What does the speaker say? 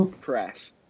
press